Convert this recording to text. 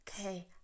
Okay